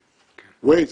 וייז,